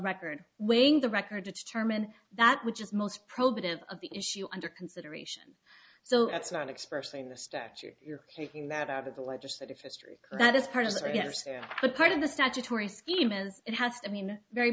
record weighing the record to determine that which is most probative of the issue under consideration so it's not expressly in the statute you're taking that out of the legislative history that is part of the yes but part of the statutory scheme as it has to mean very